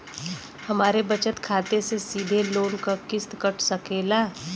हमरे बचत खाते से सीधे लोन क किस्त कट सकेला का?